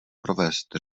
provést